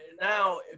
now